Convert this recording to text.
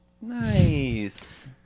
Nice